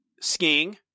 skiing